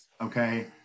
okay